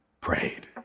prayed